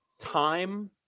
time